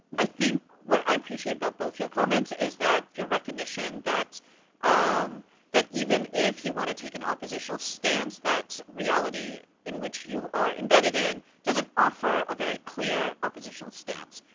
i think what i appreciated about both your comments, is that your recognition that um that even if you want to take an oppositional stance that's reality in which you are embedded in, does it offer a very clear oppositional stance,